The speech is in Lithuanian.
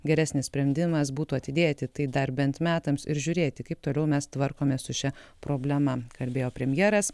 geresnis sprendimas būtų atidėti tai dar bent metams ir žiūrėti kaip toliau mes tvarkomės su šia problema kalbėjo premjeras